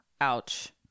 ouch